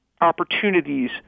opportunities